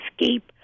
escape